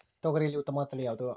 ತೊಗರಿಯಲ್ಲಿ ಉತ್ತಮವಾದ ತಳಿ ಯಾವುದು?